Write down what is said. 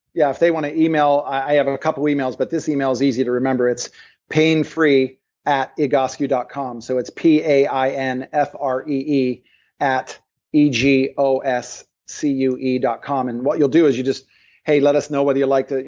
yeah if they want to email, i have a couple emails, but this email's easy to remember it's painfree at egoscue dot com. so it's p a i n f r e e at e g o s c u e dot com. and what you'll do is, you just let us know whether you liked.